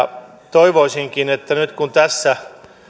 toivoisinkin nyt kun tässä